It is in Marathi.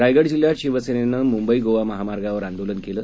रायगड जिल्ह्यात शिवसेनेनं मुंबई गोवा महामार्गावर आंदोलन केलं